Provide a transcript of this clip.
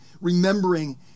remembering